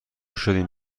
شدیم